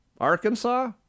arkansas